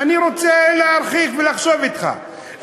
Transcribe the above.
ואני רוצה להרחיק ולחשוב אתך,